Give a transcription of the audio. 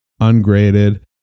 ungraded